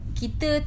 kita